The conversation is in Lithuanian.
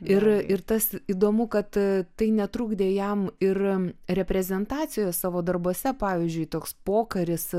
ir ir tas įdomu kad tai netrukdė jam ir reprezentacijos savo darbuose pavyzdžiui toks pokaris